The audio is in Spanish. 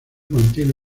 mantiene